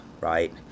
right